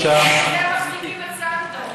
בשביל זה הם מחזיקים את סאנדור.